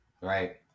Right